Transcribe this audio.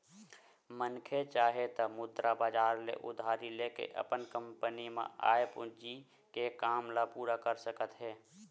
मनखे चाहे त मुद्रा बजार ले उधारी लेके अपन कंपनी म आय पूंजी के काम ल पूरा कर सकत हे